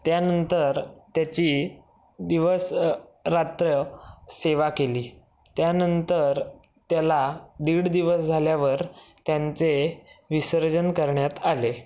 त्यानंतर त्याची दिवस रात्र सेवा केली त्यानंतर त्याला दीड दिवस झाल्यावर त्यांचे विसर्जन करण्यात आले